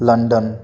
London